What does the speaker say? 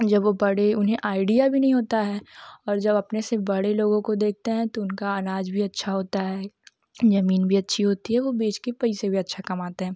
जब वह बड़े उन्हें आईडिया भी नहीं होता है और जब अपने से बड़े लोगों को देखते हैं तो उनका अनाज भी अच्छा होता है जमीन भी अच्छी होती है वह बेचकर पैसा भी अच्छा कमाते हैं